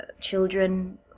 children